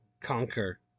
conquer